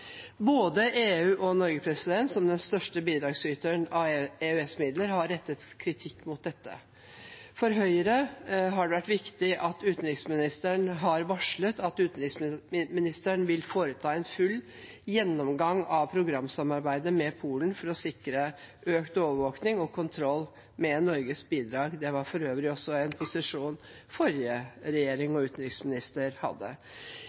Både EU og Norge, som den største bidragsyteren av EØS-midler, har rettet kritikk mot dette. For Høyre har det vært viktig at utenriksministeren har varslet at Utenriksdepartementet vil foreta en full gjennomgang av programsamarbeidet med Polen for å sikre økt overvåkning og kontroll med Norges bidrag. Det var for øvrig også en posisjon forrige regjering og utenriksminister hadde.